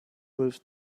move